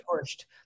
pushed